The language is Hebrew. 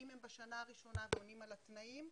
אם הם בשנה ראשונה ועונים על התנאים,